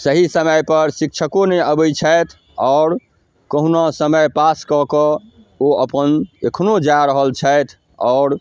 सही समय पर शिक्षको नहि अबैत छथि आओर कहुना समय पास कऽ कऽ ओ अपन एखनो जा रहल छथि आओर